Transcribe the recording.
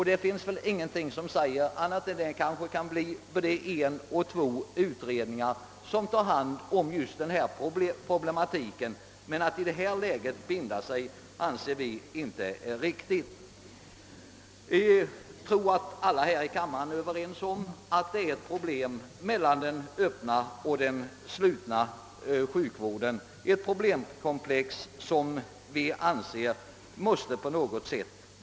Det finns väl ingenting som säger att det inte kan bli både en och två utredningar som tar hand om just denna problematik, men att i detta läge binda sig för någonting anser vi inte riktigt. Jag tror att alla i kammaren är överens om att det finns problem mellan den öppna och den slutna sjukvården, ett problemkomplex som vi anser måste lösas på något sätt.